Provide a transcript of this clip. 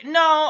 no